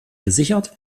gesichert